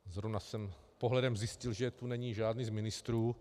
Zrovna jsem pohledem zjistil, že tu není žádný z ministrů.